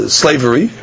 slavery